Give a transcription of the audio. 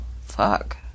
fuck